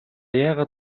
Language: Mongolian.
яагаад